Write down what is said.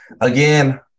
Again